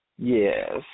Yes